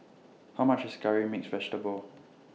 How much IS Curry Mixed Vegetable